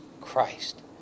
Christ